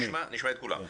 נשמע את כולם.